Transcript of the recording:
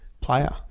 player